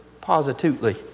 Positively